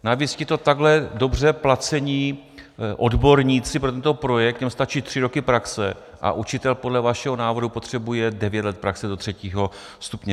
Navíc tito takhle dobře placení odborníci pro tento projekt, jim stačí tři roky praxe, a učitel podle vašeho návrhu potřebuje devět let praxe do třetího stupně.